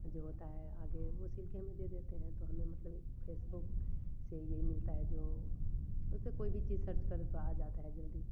जो होता है आगे वो सिल के हममें दे देते हैं तो हमें मतलब फेसबुक से यही मिलता है जो उसका कोई भी चीज सर्च करो तो आ जाता है जल्दी